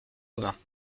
commun